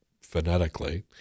phonetically